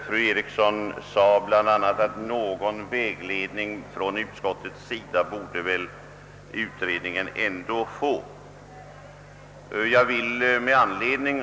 Fru Eriksson sade bl.a. att utskottet väl ändå borde ge utredningen någon vägledning.